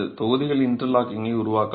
தொகுதிகள் இன்டர்லாக்கிங்கை உருவாக்கலாம்